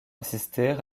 assister